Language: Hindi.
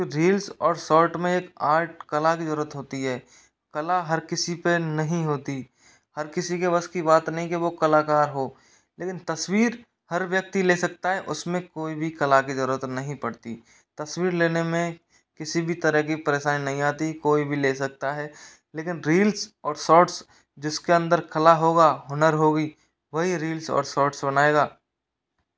रील्स और शॉर्ट में एक आर्ट कला की ज़रूरत होती है कला हर किसी पर नहीं होती हर किसी के बस की बात नहीं कि वह कलाकार हो लेकिन तस्वीर हर व्यक्ति ले सकता है उसमें कोई भी कला की ज़रूरत नहीं पड़ती तस्वीर लेने में किसी भी तरह की परेशानी नहीं आती कोई भी ले सकता है लेकिन रील्स और शॉर्ट्स जिसके अंदर कला होगा हुनर होगी वही रील्स और शॉर्ट्स बनाएगा